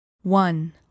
one